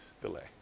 delay